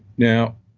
now,